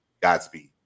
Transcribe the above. Godspeed